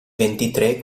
ventitré